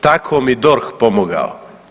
Tako mi DORH pomogao!